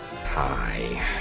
Hi